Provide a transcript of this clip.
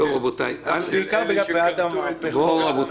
של אלה שכרתו את ראשם.